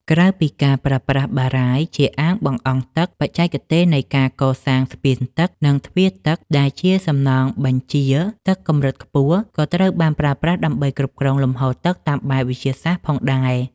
ក្រៅពីការប្រើប្រាស់បារាយណ៍ជាអាងបង្អង់ទឹក បច្ចេកទេសនៃការកសាង ស្ពានទឹក និងទ្វារទឹក ដែលជាសំណង់បញ្ជាទឹកកម្រិតខ្ពស់ ក៏ត្រូវបានប្រើប្រាស់ដើម្បីគ្រប់គ្រងលំហូរទឹកតាមបែបវិទ្យាសាស្ត្រផងដែរ។